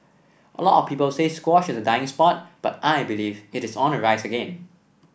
a lot of people say squash is a dying sport but I believe it is on the rise again